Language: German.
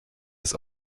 des